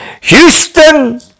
Houston